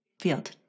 field